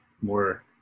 more